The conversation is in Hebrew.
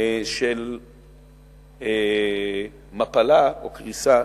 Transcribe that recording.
של מפלה או קריסה,